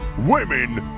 women,